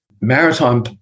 Maritime